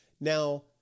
Now